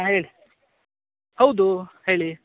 ಹಾಂ ಹೇಳಿ ಹೌದು ಹೇಳಿ